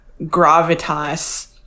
gravitas